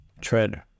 tread